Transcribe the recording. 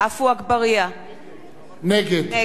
נגד רחל אדטו,